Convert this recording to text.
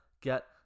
get